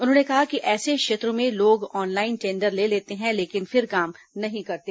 उन्होंने कहा कि ऐसे क्षेत्रों में लोग ऑनलाइन टेंडर ले लेते हैं लेकिन फिर काम नहीं करते